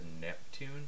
Neptune